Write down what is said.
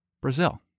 Brazil